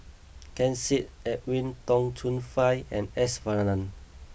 Ken Seet Edwin Tong Chun Fai and S Varathan